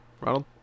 ronald